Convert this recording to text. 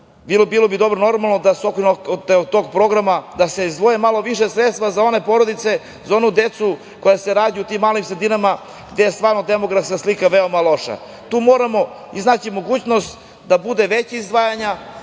Bilo bi dobro, normalno, da se od tog programa izdvoje malo više sredstva za one porodice, za onu decu koja se rađaju u tim malim sredinama, gde je stvarno demografska slika veoma loša. Tu moramo iznaći mogućnost da budu veća izdvajanja,